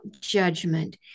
judgment